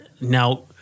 now